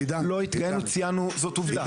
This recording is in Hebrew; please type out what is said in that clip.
לא התגאינו, ציינו, זאת עובדה.